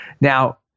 Now